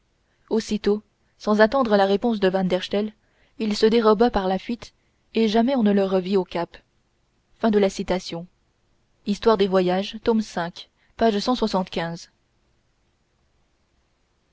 aussitôt sans attendre la réponse de van der stel il se déroba par la fuite et jamais on ne le revit au cap histoire des voyages tome